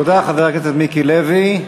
תודה, חבר הכנסת מיקי לוי.